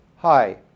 Hi